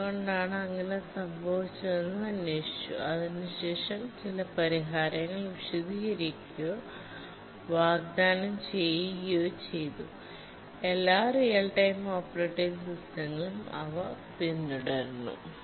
എന്തുകൊണ്ടാണ് അങ്ങനെ സംഭവിച്ചതെന്ന് അന്വേഷിച്ചു അതിനുശേഷം ചില പരിഹാരങ്ങൾ വിശദീകരിക്കുകയോ വാഗ്ദാനം ചെയ്യുകയോ ചെയ്തു എല്ലാ റിയൽ ടൈംഓപ്പറേറ്റിംഗ് സിസ്റ്റങ്ങളും അവ പിന്തുടരുന്നു